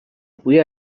بوی